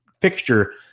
fixture